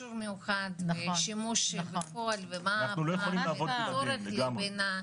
ומיכשור מיוחד ושימוש בפועל ומה הצורך בתקינה.